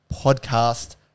podcast